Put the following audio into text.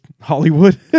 Hollywood